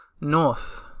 North